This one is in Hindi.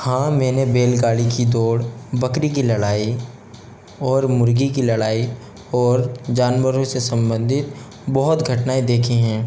हाँ मैंने बैलगाड़ी की दौड़ बकरी की लड़ाई और मुर्गी की लड़ाई और जानवरों से संबंधित बहुत घटनाएँ देखी हैं